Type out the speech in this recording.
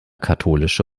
katholische